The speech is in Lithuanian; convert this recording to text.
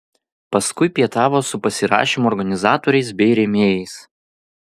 paskui pietavo su pasirašymo organizatoriais bei rėmėjais